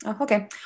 Okay